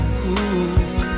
cool